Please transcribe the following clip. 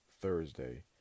Thursday